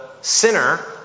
sinner